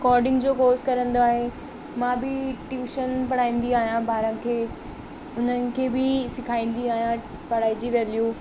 coding को course करंदो आहे मां बि ट्यूशन पढ़ाईंदी आहियां ॿारनि खे उन्हनि खे बि सिखाईंदी आहियां पढ़ाई जी वेल्यू